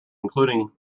including